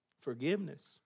Forgiveness